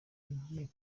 ngiye